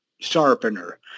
sharpener